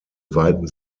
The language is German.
weiten